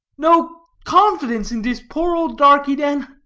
no confidence in dis poor ole darkie, den?